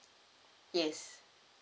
yes